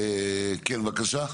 כן, בבקשה?